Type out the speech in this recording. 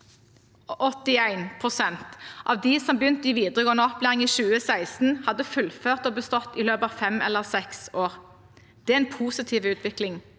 Av de som begynte i videregående opplæring i 2016, hadde 81 pst. fullført og bestått i løpet av fem eller seks år. Det er en positiv utvikling,